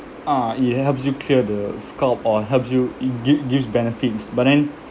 uh it helps you clear the scalp or helps you it give gives benefits but then